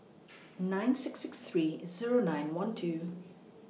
nine six six three Zero nine one two